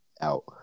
out